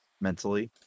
mentally